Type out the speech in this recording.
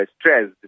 stressed